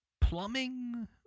plumbing